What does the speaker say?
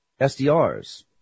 SDRs